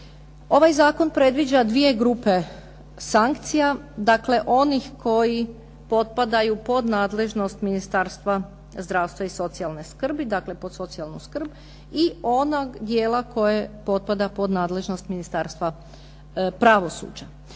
Ovaj zakon predviđa dvije grupe sankcija. Dakle, onih koji potpadaju pod nadležnost Ministarstva zdravstva i socijalne skrbi, dakle pod socijalnu skrb i onog dijela koje potpada pod nadležnost Ministarstva pravosuđa.